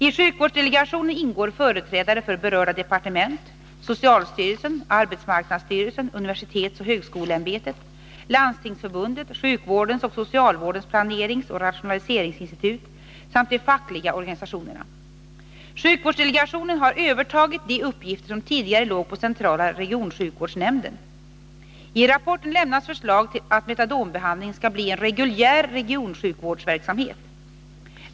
I sjukvårdsdelegationen ingår företrädare för berörda departement, socialstyrelsen, arbetsmarknadsstyrelsen, universitetsoch högskoleämbetet, Landstingsförbundet, sjukvårdens och socialvårdens planeringsoch rationaliseringsinstitut samt de fackliga organisationerna. Sjukvårdsdelegationen har övertagit de uppgifter som tidigare låg på centrala regionsjukvårdsnämnden. I rapporten lämnas förslag att metadonbehandling skall bli en reguljär regionsjukvårdsverksamhet.